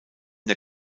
der